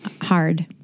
hard